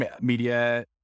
media